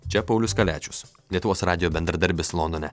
čia paulius kaliačius lietuvos radijo bendradarbis londone